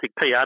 PR